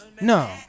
No